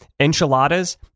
enchiladas